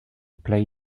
play